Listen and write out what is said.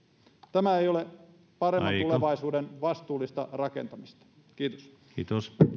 tämä ei ole paremman tulevaisuuden vastuullista rakentamista kiitos